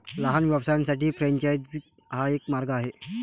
लहान व्यवसायांसाठी फ्रेंचायझिंग हा एक मार्ग आहे